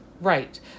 Right